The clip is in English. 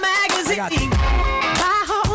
Magazine